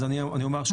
אז אני אומר שוב.